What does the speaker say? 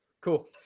Cool